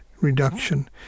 reduction